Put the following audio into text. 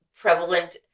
prevalent